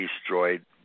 destroyed